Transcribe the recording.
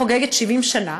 חוגגת 70 שנה,